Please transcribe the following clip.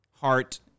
heart